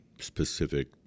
specific